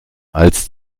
als